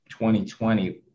2020